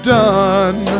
done